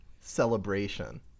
celebration